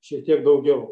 šiek tiek daugiau